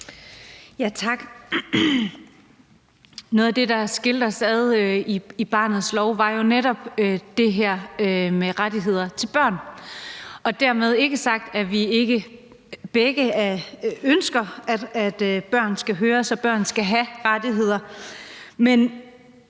Tak noget af det, der skilte os ad i barnets lov, var netop det her med rettigheder til børn. Dermed ikke sagt, at vi ikke ønsker, at børn både skal høres og have rettigheder, men